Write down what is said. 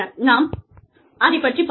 நாம் அதைப் பற்றிப் பார்ப்போம்